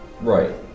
Right